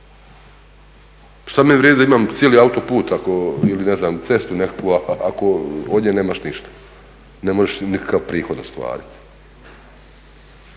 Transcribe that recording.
Što mi vrijedi da imam cijeli autoput ili ne znam cestu nekakvu ako od nje nemaš ništa? Ne možeš nikakav prihod ostvariti.